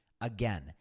Again